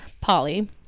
Polly